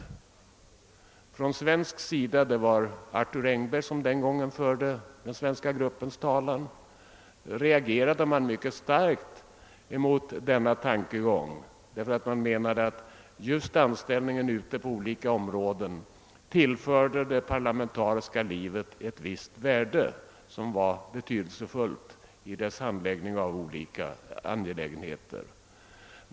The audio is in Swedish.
Från svensk sida — det var Arthur Engberg som den gången förde den svenska gruppens talan — reagerade man mycket starkt mot denna tankegång. Man menade att just ledamöternas anställningar ute på olika områden tillförde det parlamentariska livet ett visst mervärde som var betydelsefullt vid handläggningen av olika angelägenheter.